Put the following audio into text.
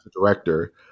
director